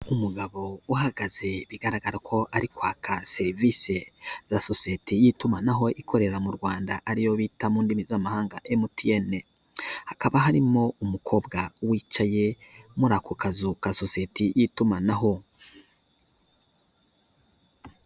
Umugabo uhagaze bigaragara ko ari kwaka serivise za sosiyete y'itumanaho ikorera mu Rwanda ariyo bita mu ndimi z'amahanga emutiyene, hakaba harimo umukobwa wicaye muri ako kazu ka sosiyeti y'itumanaho.